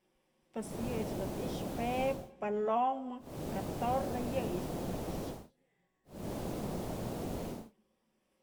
Pues yëch jedun i'ixë pe'ep, paloma, katorra, yëyëch dun na i'ixë yëyë.